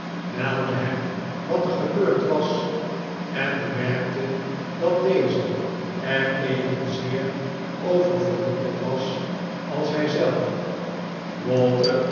meldde hem wat er gebeurd was en bemerkte dat deze er evenzeer over verwonderd was als hij zelf